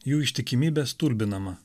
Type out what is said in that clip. jų ištikimybė stulbinama